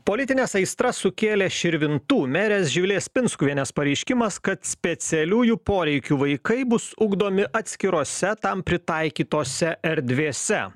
politines aistras sukėlė širvintų merės živilės pinskuvienės pareiškimas kad specialiųjų poreikių vaikai bus ugdomi atskirose tam pritaikytose erdvėse